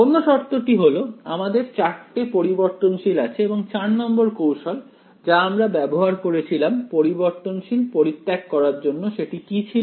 অন্য শর্তটি হলো আমাদের চারটে পরিবর্তনশীল আছে এবং 4 নম্বর কৌশল যা আমরা ব্যবহার করেছিলাম পরিবর্তনশীল পরিত্যাগ করার জন্য সেটি কি ছিল